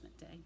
day